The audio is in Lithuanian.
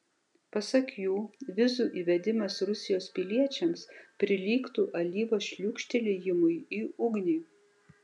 pasak jų vizų įvedimas rusijos piliečiams prilygtų alyvos šliūkštelėjimui į ugnį